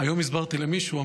מאוד.